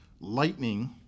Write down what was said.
lightning